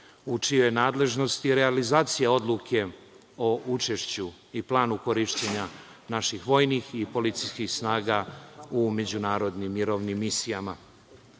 u čijoj je nadležnosti realizacija odluke o učešću i planu korišćenja naših vojnih i policijskih snaga u međunarodnim mirovnim misijama. Na